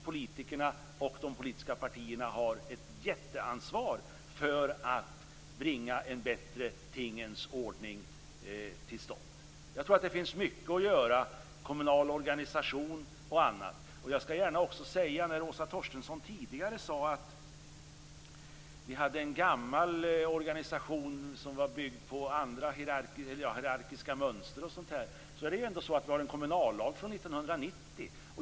Politikerna och de politiska partierna har ett jätteansvar för att bringa en bättre tingens ordning till stånd. Jag tror att det finns mycket att göra när det gäller kommunal organisation och annat. Åsa Torstensson sade tidigare att vi har en gammal organisation som är byggd på hierarkiska mönster. Det är ändå så att vi har en kommunallag från 1990.